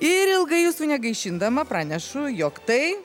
ir ilgai jūsų negaišindama pranešu jog tai